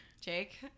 Jake